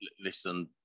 Listen